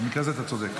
במקרה הזה, אתה צודק.